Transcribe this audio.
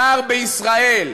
שר בישראל.